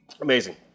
Amazing